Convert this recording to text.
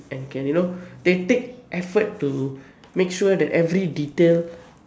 and can you know they take effort to make sure every detail